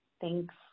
Thanks